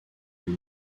haut